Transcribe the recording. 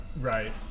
Right